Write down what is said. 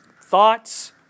Thoughts